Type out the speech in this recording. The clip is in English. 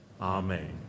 Amen